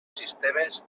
sistemes